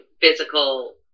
physical